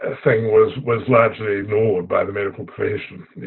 ah thing was was largely ignored by the medical profession.